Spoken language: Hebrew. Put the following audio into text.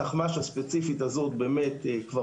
התחמ"ש הספציפית הזו באמת כבר